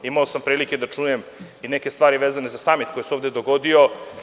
Imao sam prilike da čujem neke stvari vezane za samit, koji se ovde dogodio.